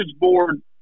board